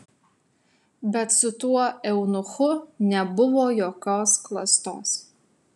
bet su tuo eunuchu nebuvo jokios klastos